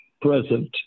present